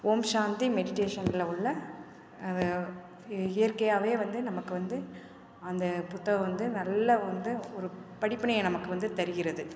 ஓம் சாந்தி மெடிடேஷனில் உள்ள அந்த இயற்கையாகவே வந்து நமக்கு வந்து அந்த புத்தகம் வந்து நல்ல வந்து படிப்பினை நமக்கு வந்து தருகிறது